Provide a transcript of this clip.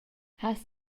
has